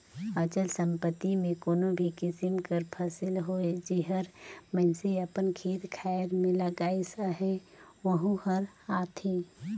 अचल संपत्ति में कोनो भी किसिम कर फसिल होए जेहर मइनसे अपन खेत खाएर में लगाइस अहे वहूँ हर आथे